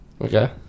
Okay